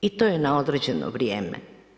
I to je na određeno vrijeme.